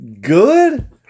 good